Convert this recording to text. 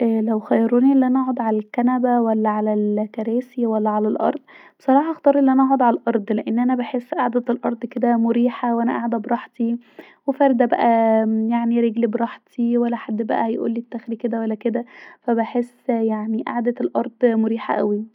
لو خيروني أن انا اقعد علي الكنبه ولا علي الكراسي ولا علي الارض بصراحه هختار أن انا اقعد علي الارض لأن انا بحس قعدة الأرض كدا مريحه وانا قاعده براحتي وفرده بقي يعني رجلي براحتي ولا حد بقي يقولي حاجه كدا ولا كدا بحس يعني أن قعدة الأرض مريحه اوي